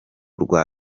rwa